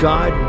God